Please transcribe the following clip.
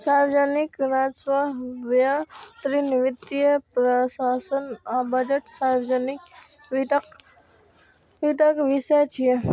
सार्वजनिक राजस्व, व्यय, ऋण, वित्तीय प्रशासन आ बजट सार्वजनिक वित्तक विषय छियै